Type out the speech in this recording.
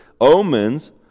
omens